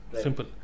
simple